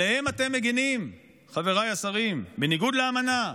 עליהם אתם מגינים, חבריי השרים, בניגוד לאמנה,